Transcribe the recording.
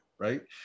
Right